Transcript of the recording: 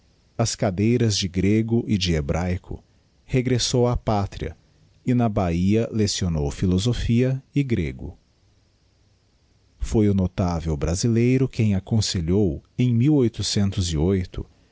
as cadeiras de grego e de hebraico regressou á pátria e na bahia leccionou philosophia e grego foi o notável brasileiro quem aconselhou em ao